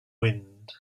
wind